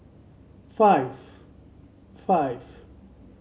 five five